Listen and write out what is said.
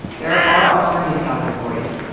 there are alternatives out there for you.